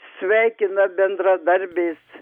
sveikina bendradarbės